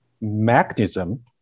mechanism